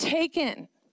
taken